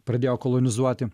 pradėjo kolonizuoti